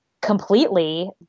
completely